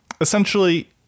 essentially